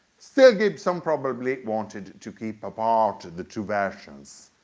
still gibson probably wanted to keep apart the two versions.